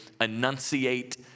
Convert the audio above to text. enunciate